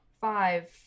Five